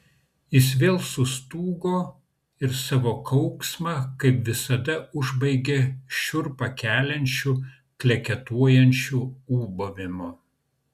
jis vėl sustūgo ir savo kauksmą kaip visada užbaigė šiurpą keliančiu kleketuojančiu ūbavimu